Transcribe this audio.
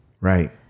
Right